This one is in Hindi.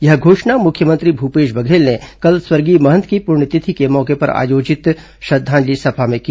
यह घोषणा मुख्यमंत्री भूपेश बघेल ने कल स्वर्गीय महंत की पुण्यतिथि के मौके पर आयोजित श्रद्वांजलि सभा में की